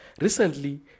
Recently